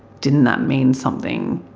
didn't that mean something?